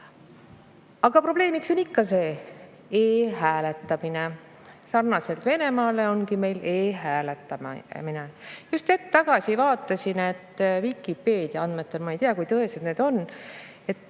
Aga probleemiks on ikka see e‑hääletamine. Sarnaselt Venemaale ongi meil e‑hääletamine. Just hetk tagasi vaatasin, et Vikipeedia andmetel – ma ei tea, kui tõesed need on –